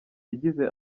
yagize